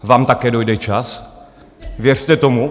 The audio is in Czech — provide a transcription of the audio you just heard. Vám také dojde čas, věřte tomu.